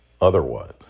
otherwise